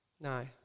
No